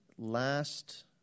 Last